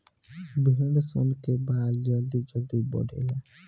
भेड़ सन के बाल जल्दी जल्दी बढ़ेला